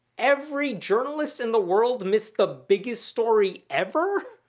every journalist in the world missed the biggest story ever!